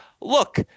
look